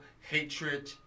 hatred